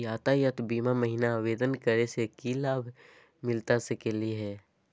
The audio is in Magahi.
यातायात बीमा महिना आवेदन करै स की लाभ मिलता सकली हे?